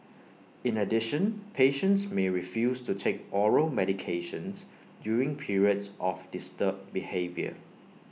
in addition patients may refuse to take oral medications during periods of disturbed behaviour